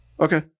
Okay